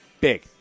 Big